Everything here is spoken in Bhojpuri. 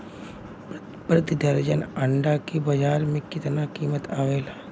प्रति दर्जन अंडा के बाजार मे कितना कीमत आवेला?